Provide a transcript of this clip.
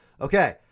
Okay